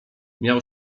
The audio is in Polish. miał